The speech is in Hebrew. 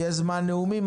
יהיה זמן נאומים,